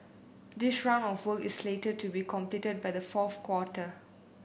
this round of works is slated to be completed by the fourth quarter